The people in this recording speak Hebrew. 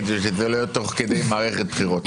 כדי שזה לא יהיה תוך כדי מערכת בחירות.